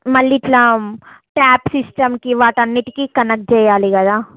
మళ్ళీ ఇలా టాప్ సిస్టమ్కి వాటన్నిటికి కనెక్ట్ చెయ్యాలి కదా